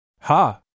Ha